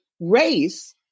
race